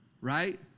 right